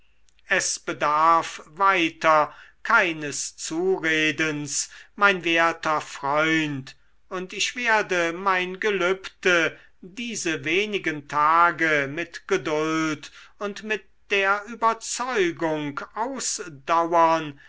es bedarf weiter keines zuredens mein werter freund und ich werde mein gelübde diese wenigen tage mit geduld und mit der überzeugung ausdauern